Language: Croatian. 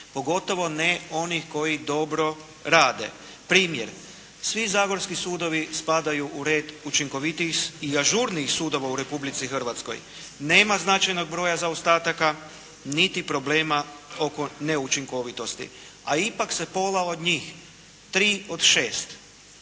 pogotovo ne onih koji dobro rade. Primjer. Svi zagorski sudovi spadaju u red učinkovitijih i ažurnijih sudova u Republici Hrvatskoj, nema značajnog broja zaostataka niti problema oko neučinkovitosti. A ipak se pola od njih, tri od šest,